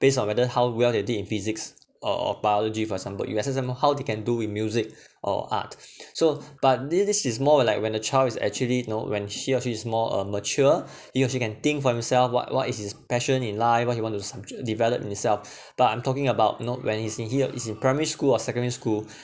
based on whether how well they did in physics or or biology for example you assess them how they can do with music or art so but this this is more like when a child is actually you know when she actually is more uh mature he or she can think for himself what what is his passion in life what he want to subjects develop himself but I'm talking about not when he's in he uh he's in primary school or secondary school